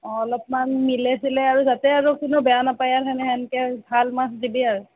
অঁ অলপমান মিলাই চিলাই আৰু যাতে আৰু কোনেও বেয়া নাপায় আৰু সেনেহেনকৈ ভাল মাছ দিবি আৰু